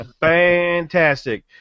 fantastic